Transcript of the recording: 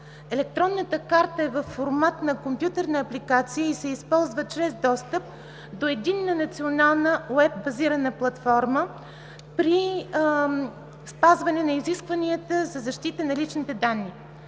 Електронната карта е във формат на компютърна апликация и се използва чрез достъп до единна национална уеб-базирана платформа при спазване на изискванията за защита на личните данни.